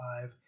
five